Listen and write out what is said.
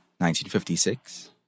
1956